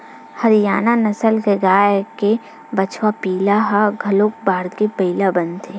हरियाना नसल के गाय के बछवा पिला ह घलोक बाड़के बइला बनथे